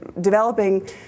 developing